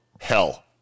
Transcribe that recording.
hell